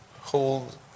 hold